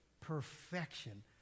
Perfection